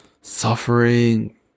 suffering